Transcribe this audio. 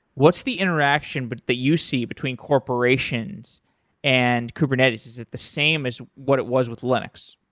what's the interaction but that you see between corporations and kubernetes? is it the same as what it was with linux?